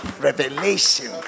revelation